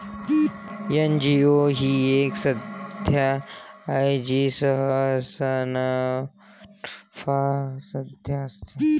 NGO ही एक संस्था आहे जी सहसा नानफा संस्था असते